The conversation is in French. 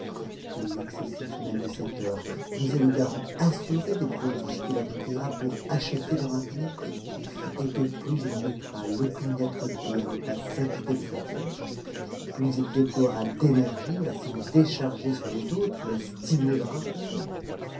que l'excessif même de ses torts nous est le garant assuré des prodiges qu'il accomplira pour acheter leur impunité et que plus il mettra l'opiniâtreté à ne pas s'acquitter de sa tâche plus il déploiera d'énergie à s'en décharger sur les autres et à stimuler leur ardeur